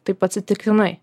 taip atsitiktinai